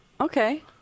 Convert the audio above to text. Okay